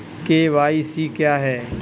KYC क्या है?